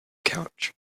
couch